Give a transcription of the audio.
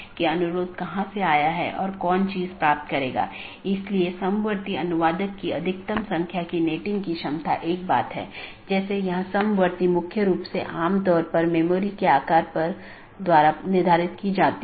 गैर संक्रमणीय में एक और वैकल्पिक है यह मान्यता प्राप्त नहीं है इस लिए इसे अनदेखा किया जा सकता है और दूसरी तरफ प्रेषित नहीं भी किया जा सकता है